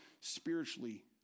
spiritually